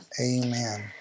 Amen